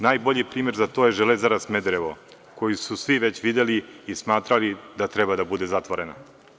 Najbolji primer za to je „Železara Smederevo“, koju su svi već videli i smatrali da treba da bude zatvorena.